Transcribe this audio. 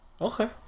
Okay